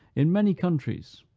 in many countries,